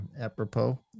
apropos